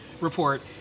report